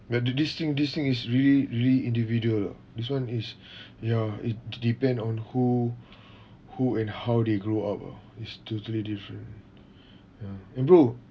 uh the this thing this thing is really really individual lah this one is ya it depend on who who and how they grow up ah is totally different ya eh bro